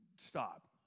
stop